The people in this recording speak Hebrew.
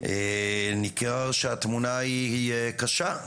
ניכר שהתמונה היא קשה,